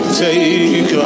take